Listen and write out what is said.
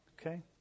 Okay